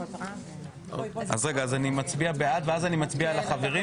אני מצביע בעד ואז מצביע על החברים?